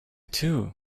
two